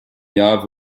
jahr